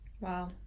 Wow